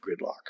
gridlock